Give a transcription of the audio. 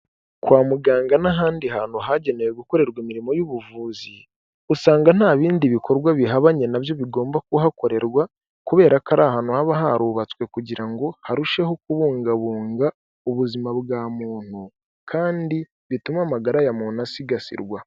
Kwa muganga n'ahandi hantu hagenewe gukorerwa imirimo y'ubuvuzi usanga nta bindi bikorwa bihabanye nabyo bigomba kuhakorerwa kubera ko ari ahantu haba harubatswe kugira ngo harusheho kubungabunga ubuzima bwa muntu kandi bituma amagara ya muntu asigasirwa.